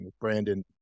brandon